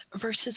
versus